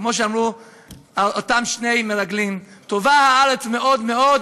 כמו שאמרו אותם שני מרגלים: "טובה הארץ מאד מאד.